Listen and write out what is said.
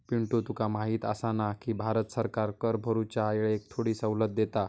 पिंटू तुका माहिती आसा ना, की भारत सरकार कर भरूच्या येळेक थोडी सवलत देता